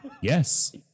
Yes